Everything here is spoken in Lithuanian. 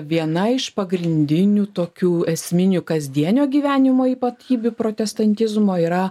viena iš pagrindinių tokių esminių kasdienio gyvenimo ypatybių protestantizmo yra